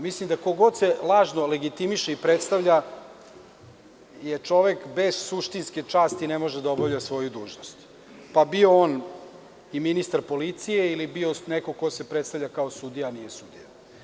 Mislim da ko god se lažno legitimiše i predstavlja je čovek bez suštinske časti i ne može da obavlja svoju dužnost, pa bio on i ministar policije ili bio neko ko se predstavlja kao sudija, a nije sudija.